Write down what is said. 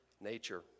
nature